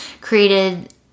created